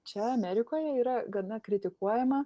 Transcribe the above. čia amerikoje yra gana kritikuojama